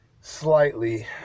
slightly